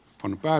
kun pää